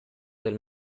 del